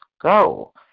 go